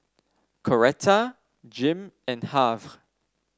Coretta Jim and Harve